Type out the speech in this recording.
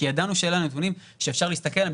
כי ידענו שאלה הנתונים שאפשר להסתכל עליהם